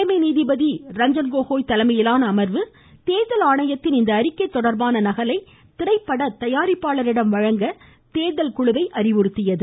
தலைமை நீதிபதி ரஞ்சன்கோகோய் தலைமையிலான அமர்வு தேர்தல் ஆணையத்தின் இந்த அறிக்கை தொடர்பான நகலை திரைப்பட தயாரிப்பாளரிடம் வழங்க தேர்தல் குழுவிடம் அறிவுறுத்தியுள்ளது